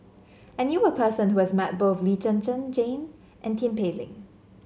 I knew a person who has met both Lee Zhen Zhen Jane and Tin Pei Ling